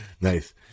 Nice